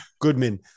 Goodman